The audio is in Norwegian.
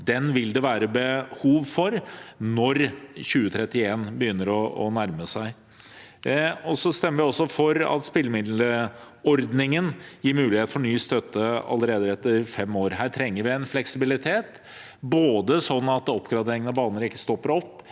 Den vil det være behov for når 2031 begynner å nærme seg. Vi stemmer også for at spillemiddelordningen gir muligheter for ny støtte allerede etter fem år. Her trenger vi fleksibilitet, slik at oppgraderingen av baner ikke stopper opp,